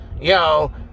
Yo